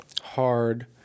hard